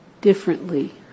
differently